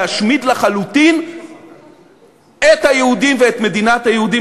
להשמיד לחלוטין את היהודים ואת מדינת היהודים,